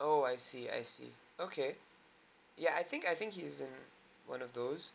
oh I see I see okay ya I think I think he's in one of those